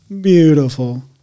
beautiful